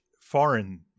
foreign